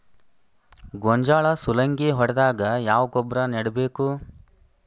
ಗೋಂಜಾಳ ಸುಲಂಗೇ ಹೊಡೆದಾಗ ಯಾವ ಗೊಬ್ಬರ ನೇಡಬೇಕು?